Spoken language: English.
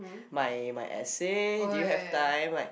my my essay do you have time like